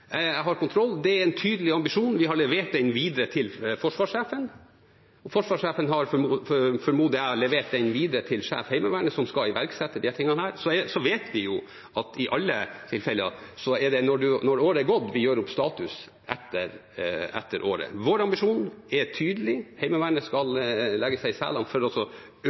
jeg har kontroll. Det er en tydelig ambisjon. Vi har levert den videre til forsvarssjefen. Forsvarssjefen har – formoder jeg – levert den videre til sjef Heimevernet, som skal iverksette disse tingene. Så vet vi at det i alle tilfeller er når året er gått, vi gjør opp status. Vår ambisjon er tydelig. Heimevernet skal legge seg i selen for